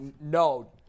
No